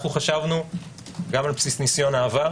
חשבנו גם על בסיס ניסיון העבר